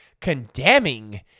condemning